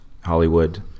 Hollywood